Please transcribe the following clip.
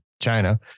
China